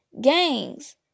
gangs